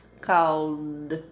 called